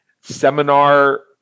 seminar